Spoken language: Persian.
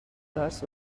درس